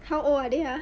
how old are they ah